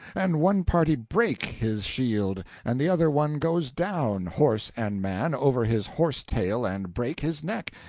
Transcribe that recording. and one party brake his shield and the other one goes down, horse and man, over his horse-tail and brake his neck,